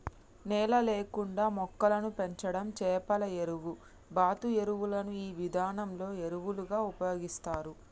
నేల లేకుండా మొక్కలను పెంచడం చేపల ఎరువు, బాతు ఎరువులను ఈ విధానంలో ఎరువులుగా ఉపయోగిస్తారు